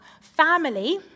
family